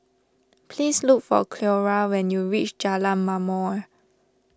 please look for Cleora when you reach Jalan Ma'mor